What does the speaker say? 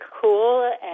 cool